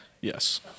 Yes